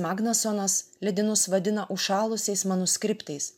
magnosonas ledynus vadina užšalusiais manuskriptais